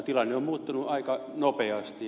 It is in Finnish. tilanne on muuttunut aika nopeasti